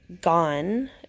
gone